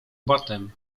batem